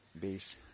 base